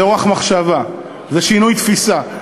זה אורח מחשבה, זה שינוי תפיסה.